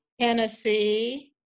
tennessee